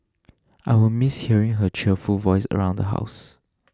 I will miss hearing her cheerful voice around the house